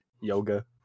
Yoga